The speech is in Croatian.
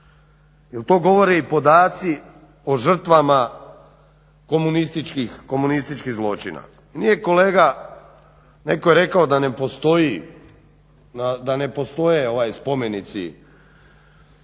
to govore i podaci o žrtvama komunističkih zločina. Nije kolega, netko je rekao da ne postoje spomenici